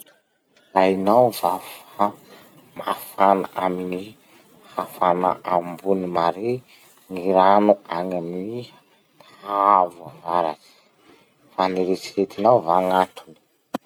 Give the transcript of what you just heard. Hainao va fa mafana amin'ny hafanà ambony mare gny rano any amin'ny haavo avaratsy? Fa nieritseretinao va gn'antony?